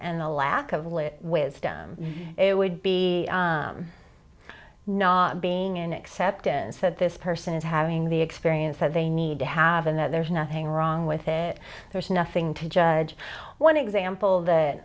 and the lack of live with it would be not being an acceptance that this person is having the experience that they need to have and that there's nothing wrong with it there's nothing to judge one example that